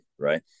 Right